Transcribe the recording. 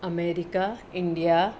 America India